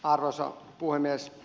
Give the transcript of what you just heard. arvoisa puhemies